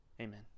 amen